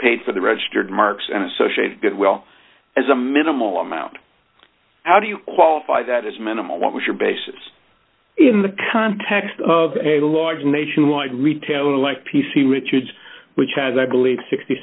paid for the registered marks and associates get well as a minimal amount how do you qualify that as minimal what was your basis in the context of a large nationwide retailer like p c richards which has i believe sixty